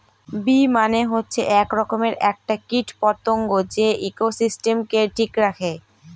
bee মানে হচ্ছে এক রকমের একটা কীট পতঙ্গ যে ইকোসিস্টেমকে ঠিক রাখে